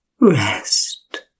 rest